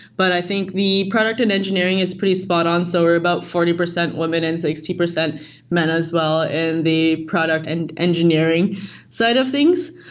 but i think the product and engineering is pretty spot on, so we're about forty percent women and sixty percent men as well in the product and engineering side of things.